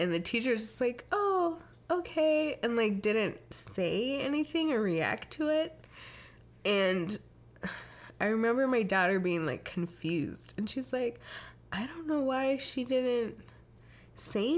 in the teachers oh ok and they didn't say anything or react to it and i remember my daughter being like confused and she's like i don't know why she did say